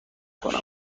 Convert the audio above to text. کنم